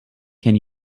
can